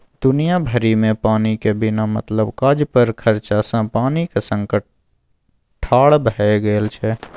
दुनिया भरिमे पानिक बिना मतलब काज पर खरचा सँ पानिक संकट ठाढ़ भए गेल छै